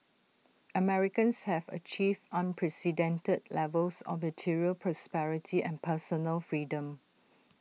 Americans have achieved unprecedented levels of material prosperity and personal freedom